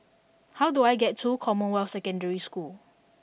how do I get to Commonwealth Secondary School